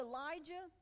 Elijah